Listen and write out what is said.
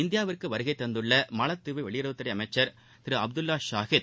இந்தியாவிற்கு வருகை தந்துள்ள மாலத்தீவு வெளியுறவுத்துறை அமைச்சர் திரு அப்துல்லா ஷாஹித்